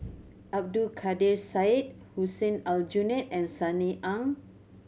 Abdul Kadir Syed Hussein Aljunied and Sunny Ang